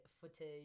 footage